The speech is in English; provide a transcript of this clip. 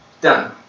Done